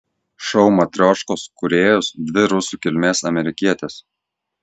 šou matrioškos kūrėjos dvi rusų kilmės amerikietės